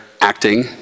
acting